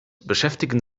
beschäftigen